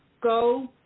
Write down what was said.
go